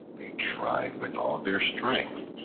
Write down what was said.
they tried with all their strength,